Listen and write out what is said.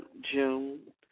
June